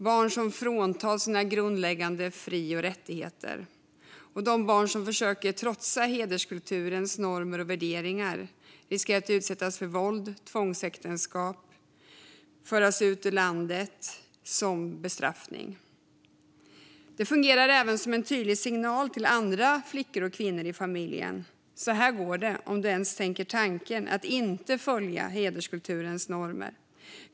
Dessa barn fråntas sina grundläggande fri och rättigheter. De barn som försöker trotsa hederskulturens normer och värderingar riskerar att utsättas för våld eller tvångsäktenskap eller att föras ut ur landet som bestraffning. Detta fungerar även som en tydlig signal till andra flickor och kvinnor i familjen - så här går det om du ens tänker tanken att inte följa hederskulturens normer.